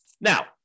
Now